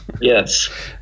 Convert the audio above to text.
yes